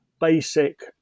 basic